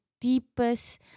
deepest